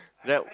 that